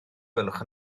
gwelwch